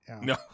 No